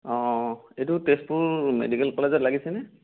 অঁ এইটো তেজপুৰ মেডিকেল কলেজত লাগিছেনে